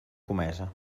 comesa